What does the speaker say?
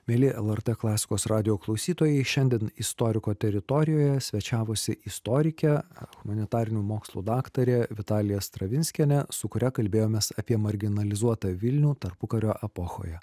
mieli lrt klasikos radijo klausytojai šiandien istoriko teritorijoje svečiavosi istorikė humanitarinių mokslų daktarė vitalija stravinskienė su kuria kalbėjomės apie marginalizuotą vilnių tarpukario epochoje